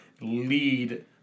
lead